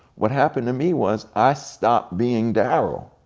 what happened to me was, i stopped being darryl.